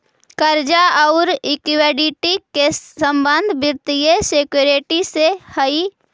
कर्जा औउर इक्विटी के संबंध वित्तीय सिक्योरिटी से हई